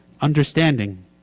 understanding